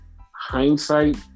hindsight